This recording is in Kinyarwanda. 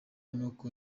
n’uko